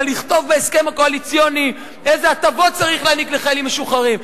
אלא לכתוב בהסכם הקואליציוני איזה הטבות צריך להעניק לחיילים משוחררים.